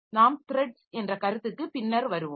நாம் த்ரட்ஸ் என்ற கருத்துக்கு பின்னர் வருவோம்